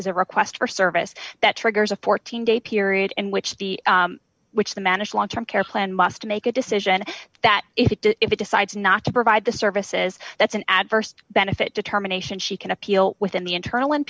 is a request for service that triggers a fourteen day period in which the which the mannish long term care plan must make a decision that if it decides not to provide the services that's an adverse benefit determination she can appeal within the internal